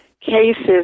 cases